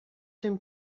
dem